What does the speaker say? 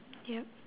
yup